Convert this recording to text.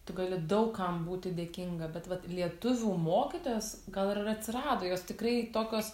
tu gali daug kam būti dėkinga bet vat lietuvių mokytojos gal ir atsirado jos tikrai tokios